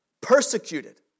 Persecuted